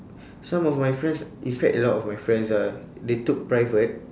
some of my friends in fact a lot of my friends ah they took private